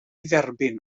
dderbyn